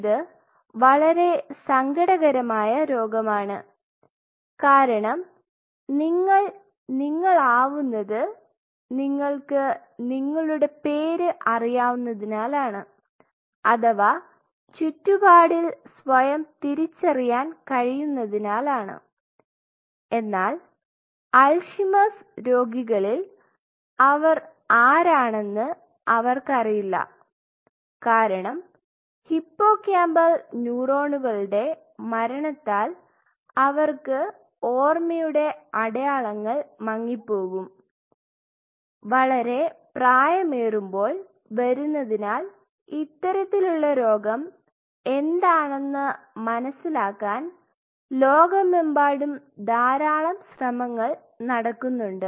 ഇത് വളരെ സങ്കടകരമായ രോഗമാണ് കാരണം നിങ്ങൾ നിങ്ങൾ ആവുന്നത് നിങ്ങൾക്ക് നിങ്ങളുടെ പേര് അറിയാവുന്നതിനാലാണ് അഥവാ ചുറ്റുപാടിൽ സ്വയം തിരിച്ചറിയാൻ കഴിയുന്നതിനാൽ ആണ് എന്നാൽ അൽഷിമേഴ്സ്Alzheimer's രോഗികളിൽ അവർ ആരാണെന്ന് അവർക്കറിയില്ല കാരണം ഹിപ്പോകാമ്പൽ ന്യൂറോണുകളുടെ മരണത്താൽ അവർക്ക് ഓർമ്മയുടെ അടയാളങ്ങൾ മങ്ങിപോകും വളരെ പ്രായമേറുമ്പോൾ വരുന്നതിനാൽ ഇത്തരത്തിലുള്ള രോഗം എന്താണെന്ന് മനസ്സിലാക്കാൻ ലോകമെമ്പാടും ധാരാളം ശ്രമങ്ങൾ നടക്കുന്നുണ്ട്